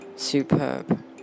superb